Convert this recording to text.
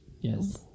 Yes